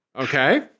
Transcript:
Okay